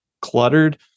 cluttered